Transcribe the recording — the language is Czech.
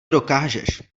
dokážeš